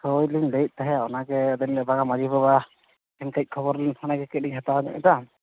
ᱦᱳᱭᱞᱤᱧ ᱞᱟᱹᱭᱮᱫ ᱛᱟᱦᱮᱸᱫ ᱚᱱᱟᱜᱮ ᱟᱹᱵᱤᱱᱜᱮ ᱵᱟᱝᱟ ᱢᱟᱹᱡᱷᱤ ᱵᱟᱵᱟ ᱮᱱᱛᱮᱡ ᱠᱷᱚᱵᱚᱨᱞᱤᱧ ᱯᱷᱳᱱᱟᱛᱮᱫ ᱠᱟᱹᱡᱞᱤᱧ ᱦᱟᱛᱟᱣᱧᱚᱜᱮᱫᱟ